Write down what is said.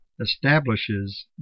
establishes